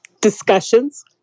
discussions